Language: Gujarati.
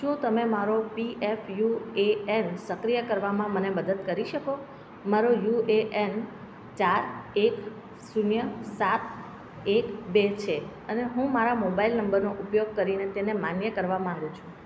શું તમે મારો P F U A N સક્રિય કરવામાં મને મદદ કરી શકો મારો યુ એ એન ચાર એક શૂન્ય સાત એક બે છે અને હું મારા મોબાઇલ નંબરનો ઉપયોગ કરીને તેને માન્ય કરવા માગું છું